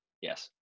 yes